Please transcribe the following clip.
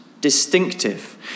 distinctive